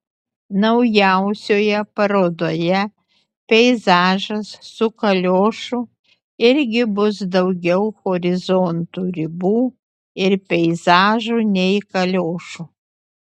naujausioje parodoje peizažas su kaliošu irgi bus daugiau horizontų ribų ir peizažų nei kaliošų